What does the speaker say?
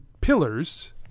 pillars